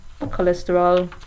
cholesterol